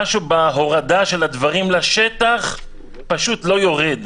משהו בהורדה של הדברים לשטח פשוט לא יורד.